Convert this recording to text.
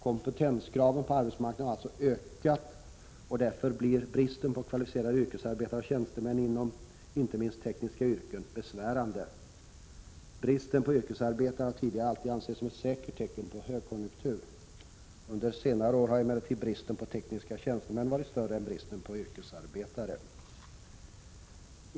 Kompetenskraven på arbetsmarknaden har alltså ökat, och därför blir bristen på kvalificerade yrkesarbetare och tjänstemän inom inte minst tekniska yrken besvärande. Bristen på yrkesarbetare har tidigare alltid ansetts som ett säkert tecken på högkonjunktur. Under senare år har emellertid bristen på tekniska tjänstemän varit större än bristen på yrkesarbetare.